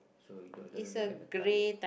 so it doesn't look like a tire